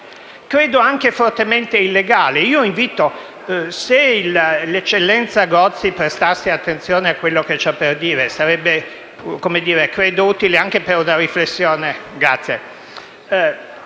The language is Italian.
credo anche fortemente illegale.